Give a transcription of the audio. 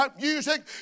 music